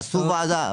עשו ועדה.